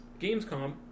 Gamescom